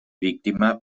víctima